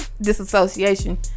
disassociation